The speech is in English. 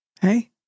Hey